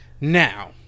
Now